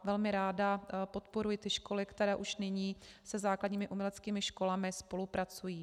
Velmi ráda podporuji ty školy, které už nyní se základními uměleckými školami spolupracují.